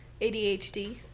ADHD